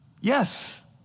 Yes